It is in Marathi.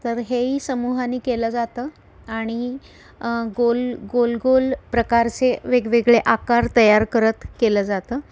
तर हे ही समूहाने केलं जातं आणि गोल गोल गोल प्रकारचे वेगवेगळे आकार तयार करत केलं जातं